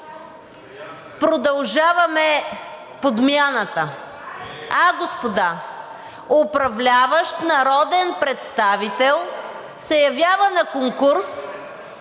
продължаваме подмяната, а, господа? Управляващ народен представител се явява на конкурс…